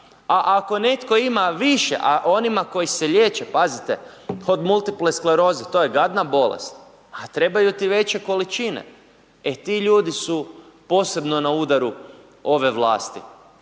a ako netko ima više, a onima koji se liječe, pazite od multipleskleroze to je gadna bolest, a trebaju ti veće količine, e ti ljudi su posebno na udaru ove vlasti,